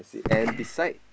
okay